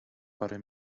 parę